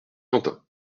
quentin